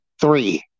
three